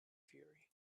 fury